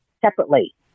separately